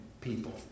people